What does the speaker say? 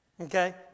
Okay